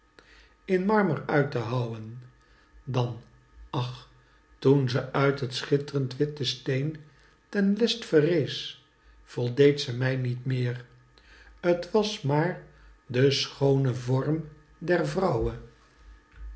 marmer uit te houwen dan ach toen ze uit het schittrend witte steen ten lest verrees voldeed ze mij niet meer t was maar de schoone vorm der vrouw